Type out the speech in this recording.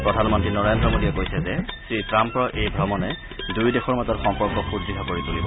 প্ৰধানমন্ত্ৰী নৰেন্দ্ৰ মোদীয়ে কৈছে যে শ্ৰীট্টাম্পৰ এই ভ্ৰমণে দুয়ো দেশৰ মাজৰ সম্পৰ্ক সুদৃঢ় কৰি তুলিব